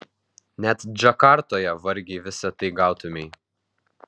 net džakartoje vargiai visa tai gautumei